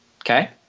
Okay